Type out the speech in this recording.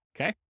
okay